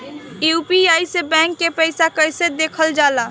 UPI से bank के पैसा कैसे देखल जाला?